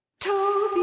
toby